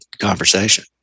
conversation